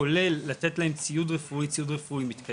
וזה כולל לתת להם ציוד רפואי מתקדם.